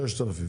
כ-6,000,